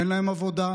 אין להם עבודה,